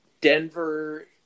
Denver